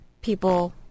people